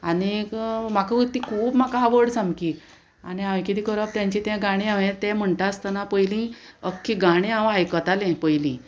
आनी एक म्हाका ती खूब म्हाका आवड सामकी आनी हांवे किदें करप तेंचें तें गाणें हांवें तें म्हणटा आसतना पयलीं अख्खी गाणी हांव आयकतालें पयलीं